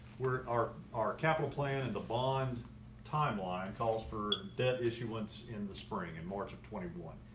we're our our capital plan and the bond timeline and calls for debt issuance in the spring and march of twenty one.